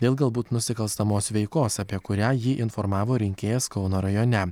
dėl galbūt nusikalstamos veikos apie kurią jį informavo rinkėjas kauno rajone